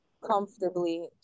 comfortably